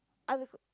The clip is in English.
other co~